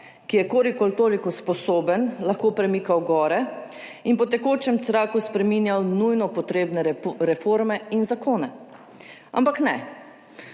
ki je kolikor toliko sposoben, lahko premikal gore in po tekočem traku spreminjal nujno potrebne reforme in zakone, ampak ne.